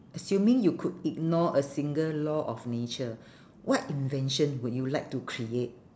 assuming you could ignore a single law of nature what invention would you like to create